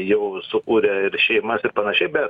jau sukūrę šeimas ir panašiai bet